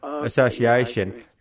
association